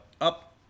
up